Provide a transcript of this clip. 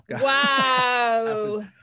Wow